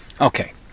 Okay